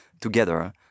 together